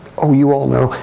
oh you all know.